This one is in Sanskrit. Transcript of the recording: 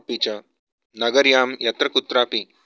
अपि च नगर्यां यत्र कुत्रापि